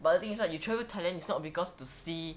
but the thing is like you travel thailand is not because to see